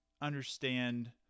understand